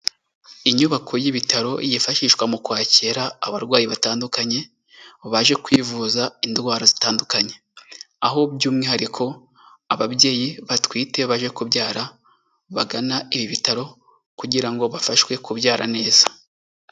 Inyubako y'ibitaro yifashishwa mu kwakira abarwayi batandukanye baje kwivuza indwara zitandukanye, aho by'umwihariko ababyeyi batwite baje kubyara bagana ibi bitaro kugira ngo bafashwe kubyara neza.